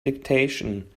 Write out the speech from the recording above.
dictation